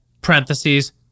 Parentheses